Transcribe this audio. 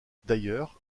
d’ailleurs